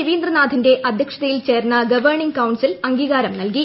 രവീന്ദ്രനാഥിന്റെ അധ്യക്ഷത്യിൽ ചേർന്ന governing council അംഗീകാരം നൂൽക്കി